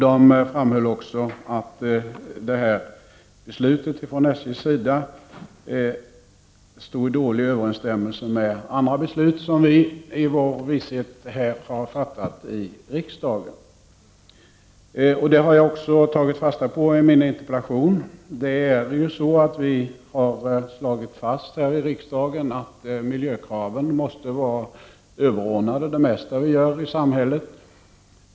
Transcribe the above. De framhöll också att SJ:s beslut stod i dålig överensstämmelse med andra beslut, som vi i vår vishet har fattat här i riksdagen. Det har jag tagit fasta på i min interpellation. Riksdagen har slagit fast att miljökraven måste vara överordnade det mesta av vad vi gör i samhället.